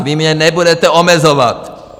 Vy mě nebudete omezovat!